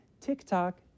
TikTok